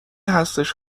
هستش